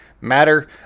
matter